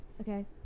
Okay